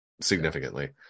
significantly